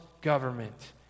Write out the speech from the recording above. government